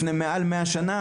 לפני מעל מאה שנה,